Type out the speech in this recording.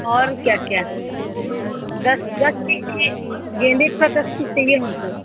और क्या क्या है दस दस पीस चाहिए गेंदे के दस पीस चाहिए हमको